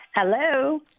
Hello